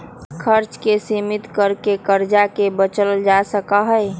खर्च के सीमित कर के कर्ज से बचल जा सका हई